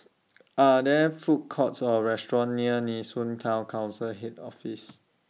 Are There Food Courts Or restaurants near Nee Soon Town Council Head Office